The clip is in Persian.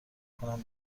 کنم